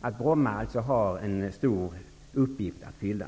att Bromma har en stor uppgift att fylla.